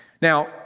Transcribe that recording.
Now